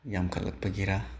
ꯌꯥꯝꯈꯠꯂꯛꯄꯒꯤꯔ